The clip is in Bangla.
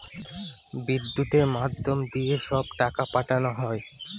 বিদ্যুতের মাধ্যম দিয়ে সব টাকা পাঠানো হয়